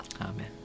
Amen